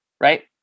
right